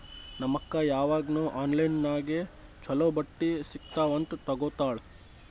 ನಮ್ ಅಕ್ಕಾ ಯಾವಾಗ್ನೂ ಆನ್ಲೈನ್ ನಾಗೆ ಛಲೋ ಬಟ್ಟಿ ಸಿಗ್ತಾವ್ ಅಂತ್ ತಗೋತ್ತಾಳ್